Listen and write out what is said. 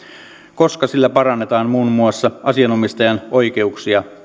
koska sillä parannetaan muun muassa asianomistajan oikeuksia